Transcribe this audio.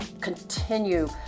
Continue